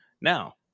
Now